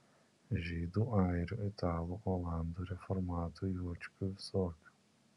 žydų airių italų olandų reformatų juočkių visokių